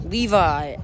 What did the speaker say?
Levi